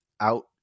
out